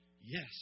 yes